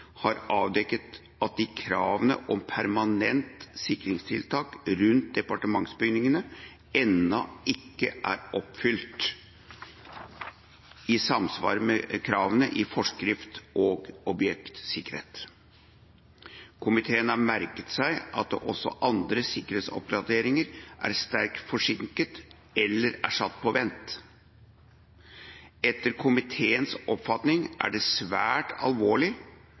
samsvar med kravene i forskrift om objektsikkerhet. Komiteen har merket seg at også andre sikkerhetsoppgraderinger er sterkt forsinket eller er satt på vent. Etter komiteens oppfatning er det svært alvorlig